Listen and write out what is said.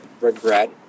Regret